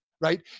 right